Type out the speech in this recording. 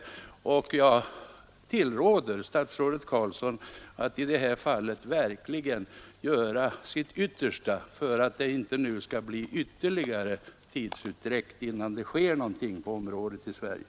Jag tillråder därför statsrådet Carlsson att i detta fall verkligen göra sitt yttersta, så att det inte nu blir ytterligare tidsutdräkt innan det sker någonting på detta område i vårt land.